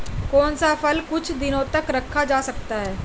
कौन सा फल कुछ दिनों तक रखा जा सकता है?